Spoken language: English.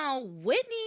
Whitney